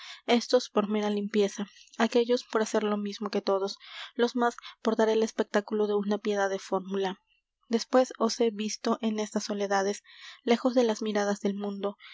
éstos por mera limpieza aquéllos por hacer lo mismo que todos los más por dar el espectáculo de una piedad de fórmula después os he visto en estas soledades lejos de las miradas del mundo